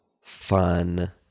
fun